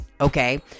okay